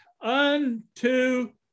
unto